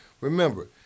Remember